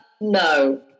no